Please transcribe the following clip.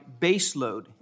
baseload